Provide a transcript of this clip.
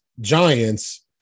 Giants